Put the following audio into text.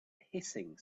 hissing